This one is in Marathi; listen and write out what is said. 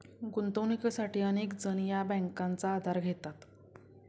गुंतवणुकीसाठी अनेक जण या बँकांचा आधार घेतात